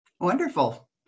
Wonderful